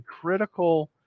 critical